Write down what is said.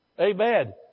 Amen